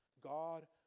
God